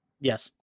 Yes